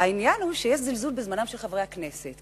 העניין הוא שיש זלזול בזמנם של חברי הכנסת.